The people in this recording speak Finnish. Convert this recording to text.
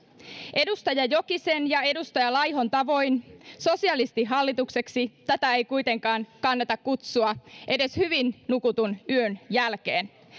edustaja jokisen ja edustaja laihon tavoin sosialistihallitukseksi tätä ei kuitenkaan kannata kutsua edes hyvin nukutun yön jälkeen